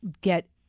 get